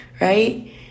right